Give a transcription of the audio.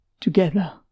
together